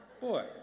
Boy